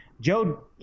Joe